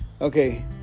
Okay